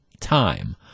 time